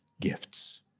gifts